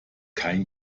kein